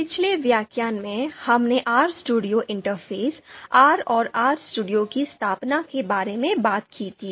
पिछले व्याख्यान में हमने RStudio इंटरफ़ेस R और RStudio की स्थापना के बारे में बात की थी